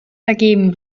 vergeben